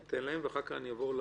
ניתן להם ואחר כך נעבור לגופים.